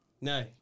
No